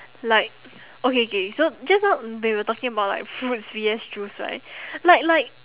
like okay K so just now we were talking about like fruits V_S juice right like like